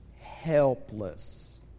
helpless